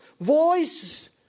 voice